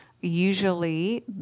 Usually